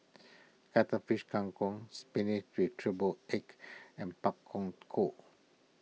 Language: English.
Cuttlefish Kang Kong Spinach with Triple Egg and Pak Thong Ko